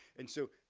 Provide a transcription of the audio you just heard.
and so,